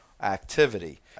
activity